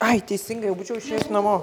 ai teisingai jau būčiau išėjus namo